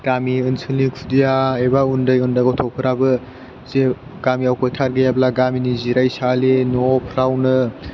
गामि ओनसोलनि खुदिया एबा उन्दै उन्दै गथ'फ्राबो जे गामियाव फोथार गैयाब्ला गामिनि जिरायसालि न'फ्रावनो